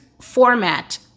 format